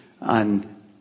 on